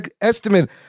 estimate